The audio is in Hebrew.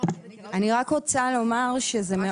רציתי לנמק על